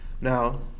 Now